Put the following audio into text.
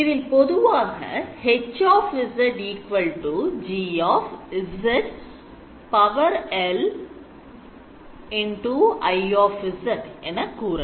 இதில் பொதுவாக H GI என கூறலாம்